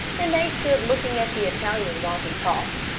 and they stood looking at the italian while he talked.